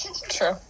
True